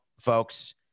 folks